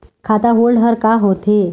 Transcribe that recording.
खाता होल्ड हर का होथे?